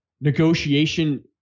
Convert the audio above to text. negotiation